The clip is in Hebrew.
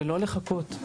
ולא לחכות.